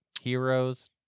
heroes